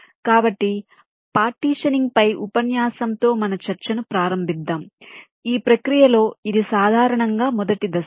కాబట్టి పార్టిషనింగ్ పై ఉపన్యాసంతో మన చర్చను ప్రారంభిద్దాము ఈ ప్రక్రియలో ఇది సాధారణంగా మొదటి దశ